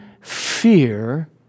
fear